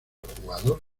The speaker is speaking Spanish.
jugador